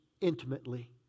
intimately